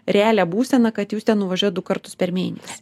realią būseną kad jūs ten nuvažiuojat du kartus per mėnesį